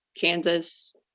Kansas